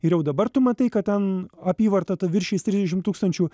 ir jau dabar tu matai kad ten apyvarta ta viršys trisdešim tūkstančių